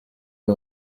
uyu